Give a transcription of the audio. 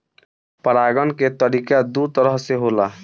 परागण के तरिका दू तरह से होला